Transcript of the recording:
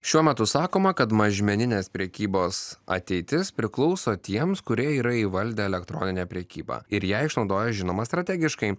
šiuo metu sakoma kad mažmeninės prekybos ateitis priklauso tiems kurie yra įvaldę elektroninę prekybą ir ją išnaudoja žinoma strategiškai